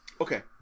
Okay